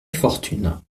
fortune